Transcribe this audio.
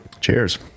Cheers